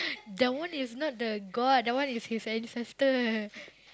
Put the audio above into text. that one is not the god that one is his ancestor